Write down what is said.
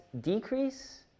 decrease